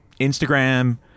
Instagram